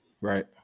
Right